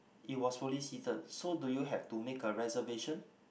it was fully seated so do you have to make a reservation